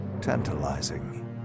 tantalizing